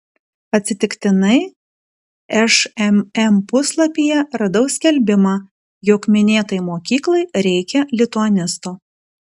atsitiktinai šmm puslapyje radau skelbimą jog minėtai mokyklai reikia lituanisto